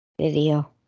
video